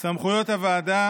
הוועדה,